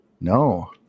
no